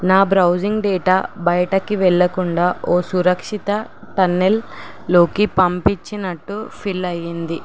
నా browsing data బయటకి వెళ్ళకుండా ఓ సురక్షిత టన్నెల్లోకి పంపించినట్టు ఫిల్ అయ్యింది